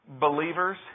Believers